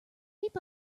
peep